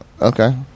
Okay